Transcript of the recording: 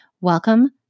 Welcome